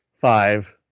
five